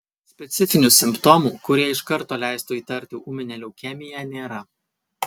specifinių simptomų kurie iš karto leistų įtarti ūminę leukemiją nėra